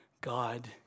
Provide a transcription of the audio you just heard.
God